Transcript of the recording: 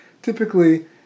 Typically